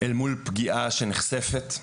מול פגיעה שנחשפת.